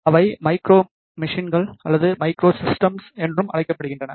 அவை மைக்ரோ மெஷின்கள் அல்லது மைக்ரோ சிஸ்டம்ஸ் என்றும் அழைக்கப்படுகின்றன